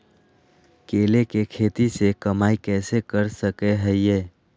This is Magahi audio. केले के खेती से कमाई कैसे कर सकय हयय?